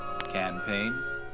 campaign